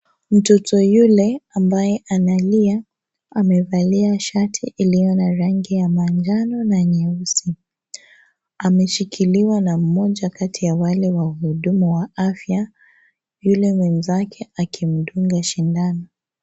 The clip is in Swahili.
Mtoto yule ambaye analia kulia amevalia shati iliyo na rangi ya manjano na nyeusi ameshikiliwa na mmoja kati ya wale wahudumu wa afya yule mwenzake alimfunga shindano.